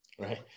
Right